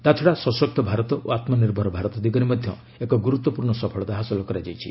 ତା'ଚ୍ଚଡ଼ା ସଶକ୍ତ ଭାରତ ଓ ଆତ୍ମନିର୍ଭର ଭାରତ ଦିଗରେ ମଧ୍ୟ ଏକ ଗୁରୁତ୍ୱପୂର୍ଣ୍ଣ ସଫଳତା ହାସଲ କରାଯାଇଛି